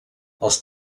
els